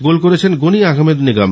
গোল করেছেন গনি আহমেদ নিগম